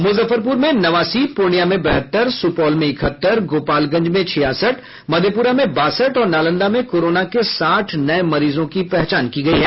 मुजफ्फरपुर में नवासी पूर्णिया में बहत्तर सुपौल में इकहत्तर गोपालगंज में छियासठ मधेपुरा में बासठ और नालंदा में कोरोना के साठ नये मरीजों की पहचान की गयी है